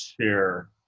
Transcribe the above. share